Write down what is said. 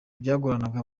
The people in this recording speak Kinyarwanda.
byagoraga